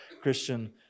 Christian